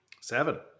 Seven